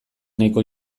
nahiko